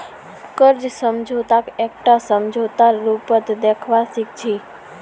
कर्ज समझौताक एकटा समझौतार रूपत देखवा सिख छी